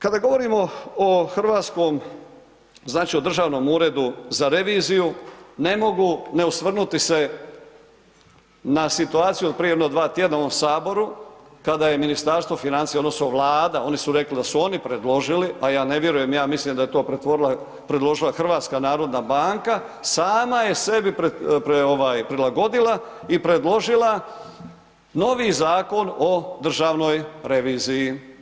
Kada govorimo o hrvatskom, znači o Državnom uredu za reviziju, ne mogu ne osvrnuti se na situaciju od prije jedno 2 tjedna u ovom Saboru kada je Ministarstvo financija, odnosno Vlada, oni su rekli da su oni predložili a ja ne vjerujem, ja mislim da je to predložila HNB sama je sebi prilagodila i predložila novi Zakon o državnoj reviziji.